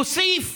פרידמן, להוסיף